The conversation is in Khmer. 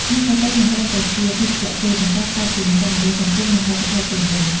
ហាងកាហ្វេមិនត្រឹមតែជាភេសជ្ជៈទេ ប៉ុន្តែក្លាយជាមជ្ឈមណ្ឌលសង្គម និងវប្បធម៌ពេញលេញ។